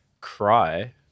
cry